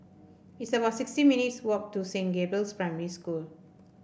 it's about sixty minutes' walk to Saint Gabriel's Primary School